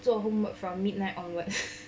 做 homework from midnight onwards